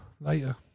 later